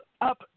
up